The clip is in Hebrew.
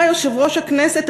אתה יושב-ראש הכנסת,